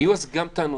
היו אז גם טענות.